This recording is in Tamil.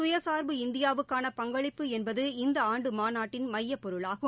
சுயசார்பு இந்தியாவுக்கான பங்களிப்பு என்பது இந்த ஆண்டு மாநாட்டின் மையப் பொருளாகும்